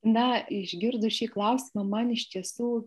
na išgirdus šį klausimą man iš tiesų